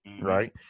Right